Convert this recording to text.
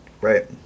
right